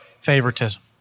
favoritism